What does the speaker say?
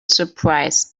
surprise